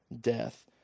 death